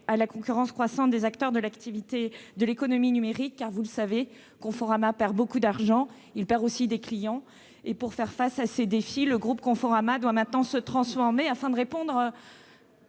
à la concurrence croissante des acteurs de l'économie numérique. Vous le savez, Conforama perd beaucoup d'argent, mais aussi des clients. Pour faire face à ces défis, le groupe doit maintenant se transformer afin de répondre